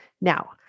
Now